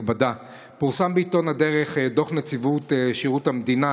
פורסם בעיתון הדרך דוח נציבות שירות המדינה